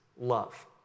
love